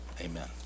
Amen